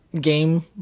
game